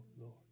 Lord